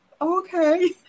okay